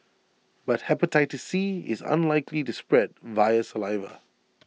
but Hepatitis C is unlikely to spread via saliva